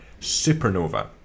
Supernova